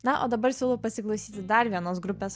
na o dabar siūlau pasiklausyti dar vienos grupės